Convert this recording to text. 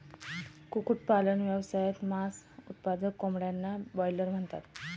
कुक्कुटपालन व्यवसायात, मांस उत्पादक कोंबड्यांना ब्रॉयलर म्हणतात